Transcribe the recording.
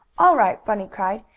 all right, bunny cried.